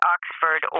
Oxford